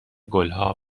گلها